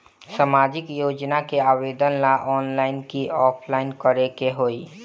सामाजिक योजना के आवेदन ला ऑनलाइन कि ऑफलाइन करे के होई?